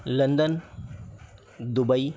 London Dubai